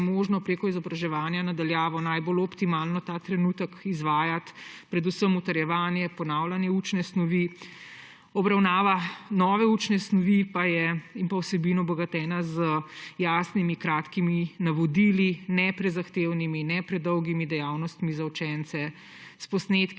preko izobraževanja na daljavo najbolj optimalno ta trenutek izvajati, predvsem utrjevanje, ponavljanje učne snovi. Obravnava nove učne snovi in vsebin pa je obogatena z jasnimi kratkimi navodili, ne prezahtevnimi, ne predolgimi dejavnostmi za učence, s posnetki